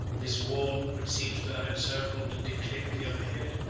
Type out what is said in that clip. this wall, which seems to have encircled the declivity of a hill,